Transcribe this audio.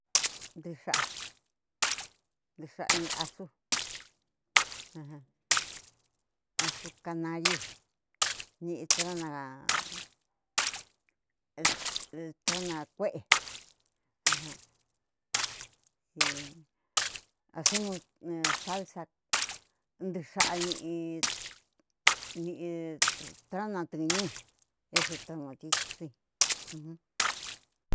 Ntuxa'a ñii asu ajan asukanariu ñii tranakue e asemos salsa ntuxa'a ñii trana tuñu ese tomatito si.